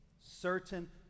certain